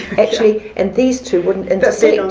actually, and these two wouldn't and